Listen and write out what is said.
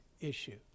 issue